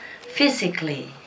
physically